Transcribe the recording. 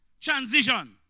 transition